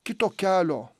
kito kelio